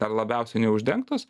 dar labiausiai neuždengtos